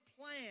plan